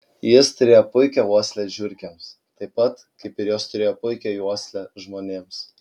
jis turėjo puikią uoslę žiurkėms taip pat kaip ir jos turėjo puikią uoslę žmonėms